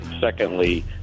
secondly